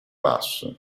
basso